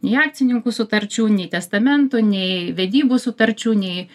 nei akcininkų sutarčių nei testamentų nei vedybų sutarčių nei